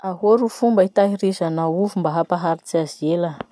Ahoa ro fomba hitahirizanao ovy mba hampaharitsy azy ela?